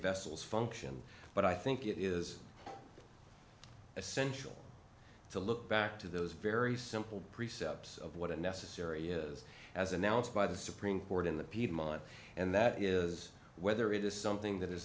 vessels function but i think it is essential to look back to those very simple precepts of what it necessary is as announced by the supreme court in the piedmont and that is whether it is something that is